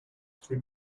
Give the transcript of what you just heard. three